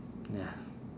ya